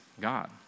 God